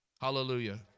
Hallelujah